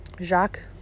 Jacques